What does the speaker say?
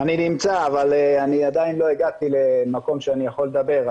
אני נמצא אבל עדיין לא הגעתי למקום שאני יכול לדבר,